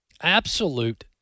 absolute